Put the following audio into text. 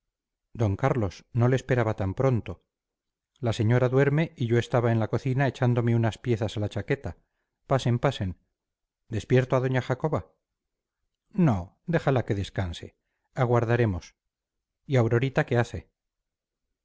d carlos no le esperaba tan pronto la señora duerme y yo estaba en la cocina echándome unas piezas a la chaqueta pasen pasen despierto a doña jacoba no déjala que descanse aguardaremos y aurorita qué hace